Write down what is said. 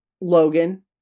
Logan